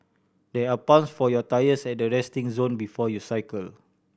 there are pumps for your tyres at the resting zone before you cycle